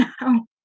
now